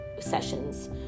sessions